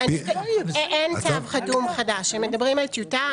הם מדברים על טיוטה.